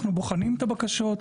אנחנו בוחנים את הבקשות,